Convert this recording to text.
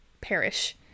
perish